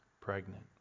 pregnant